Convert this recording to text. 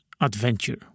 adventure